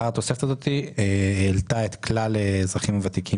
התוספת הזאת העלתה את כלל האזרחים הוותיקים